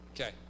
Okay